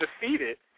defeated